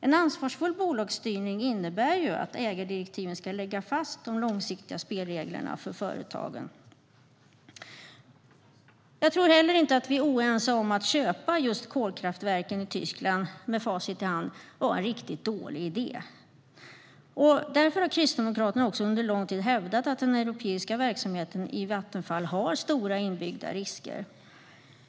En ansvarsfull bolagsstyrning innebär att ägardirektiven ska lägga fast de långsiktiga spelreglerna för företagen. Jag tror inte heller att vi - med facit i hand - är oense om att det var en riktigt dålig idé att köpa just kolkraftverken i Tyskland. Därför har Kristdemokraterna under lång tid hävdat att den europeiska verksamheten i Vattenfall har stora inbyggda risker.